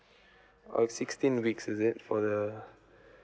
oh sixteen weeks is it for the